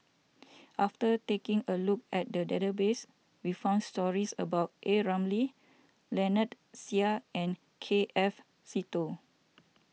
after taking a look at the database we found stories about A Ramli Lynnette Seah and K F Seetoh